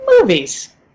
movies